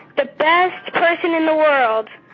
the best person in the world